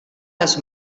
les